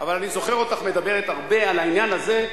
אבל אני זוכר אותך מדברת הרבה על העניין הזה.